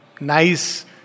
nice